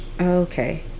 Okay